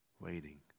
Waiting